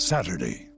Saturday